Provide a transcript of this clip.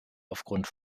aufgrund